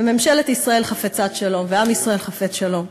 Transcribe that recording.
וממשלת ישראל חפצת שלום, ועם ישראל חפץ שלום,